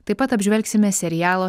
taip pat apžvelgsime serialo